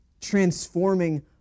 transforming